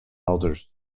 others